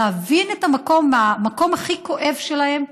להבין את המקום הכי כואב שלהם,